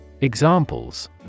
Examples